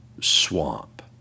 swamp